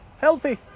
Healthy